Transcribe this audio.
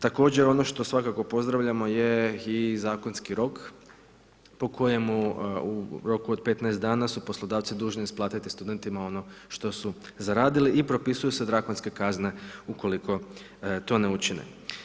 Također, ono što svakako pozdravljamo je i zakonski rok po kojemu u roku od 15 dana su poslodavci dužni isplatiti studentima ono što su zaradili i propisuju se drakonske kazne ukoliko to ne učine.